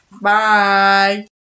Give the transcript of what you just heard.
Bye